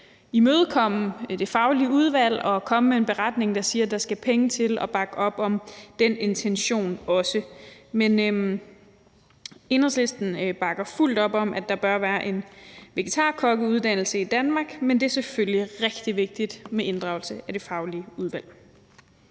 imødekomme det faglige udvalg og komme med en beretning, der siger, at der skal penge til at bakke op om den intention også. Men Enhedslisten bakker fuldt ud op om, at der bør være en vegetarkokkeuddannelse i Danmark, men det er selvfølgelig rigtig vigtigt med inddragelse af det faglige udvalg.